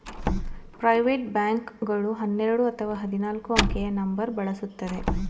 private bank ಗಳು ಹನ್ನೆರಡು ಅಥವಾ ಹದಿನಾಲ್ಕು ಅಂಕೆಯ ನಂಬರ್ ಬಳಸುತ್ತದೆ